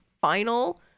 final